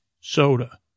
Soda